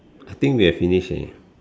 I think we have finished